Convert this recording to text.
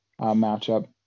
matchup